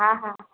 हा हा